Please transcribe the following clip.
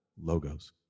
logos